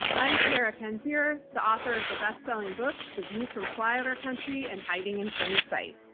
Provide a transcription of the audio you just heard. i'm sarah kendzior, the author of the bestselling books, the view from flyover country and hiding in plain sight.